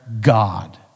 God